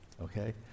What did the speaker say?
okay